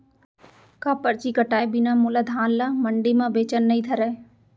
का परची कटाय बिना मोला धान ल मंडी म बेचन नई धरय?